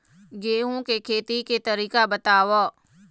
गेहूं के खेती के तरीका बताव?